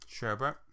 Sherbert